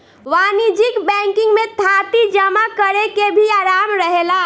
वाणिज्यिक बैंकिंग में थाती जमा करेके भी आराम रहेला